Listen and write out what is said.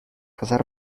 casas